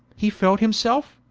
he felt himselfe,